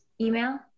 email